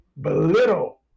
belittle